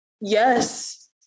Yes